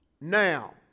now